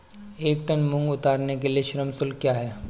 एक टन मूंग उतारने के लिए श्रम शुल्क क्या है?